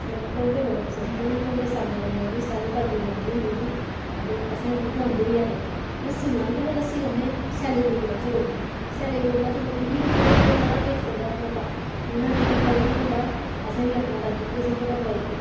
असें ढोडे बड़े पसंद न ढोडे सागे कन्नै साढ़ी दादी बनांदी हुंदी ही ते असें खलांदी बी ऐ हे लस्सी बनांदे हे लस्सी कन्नै सैली लून मर्च कुट्टनी सैली लून मर्च कुट्टियै के ओह्दे कन्नै बड़ा टेस्ट औंदा हा ढोडा इन्ना टेस्ट लगदा हा ढोडा असें बी आखना दादी गी असेंगी ढोडा बनई देओ